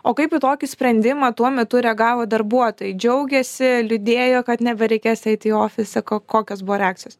o kaip į tokį sprendimą tuo metu reagavo darbuotojai džiaugėsi liūdėjo kad nebereikės eiti į ofisą kokios buvo reakcijos